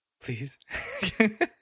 Please